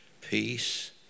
peace